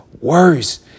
worse